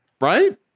right